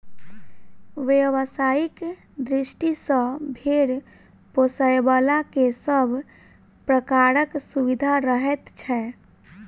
व्यवसायिक दृष्टि सॅ भेंड़ पोसयबला के सभ प्रकारक सुविधा रहैत छै